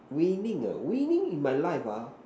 winning uh winning in my life ah